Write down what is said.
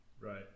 Right